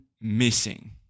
missing